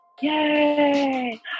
Yay